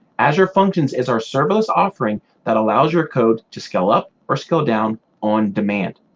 azure functions is our serverless offering that allows your code to scale up or scale down on demand.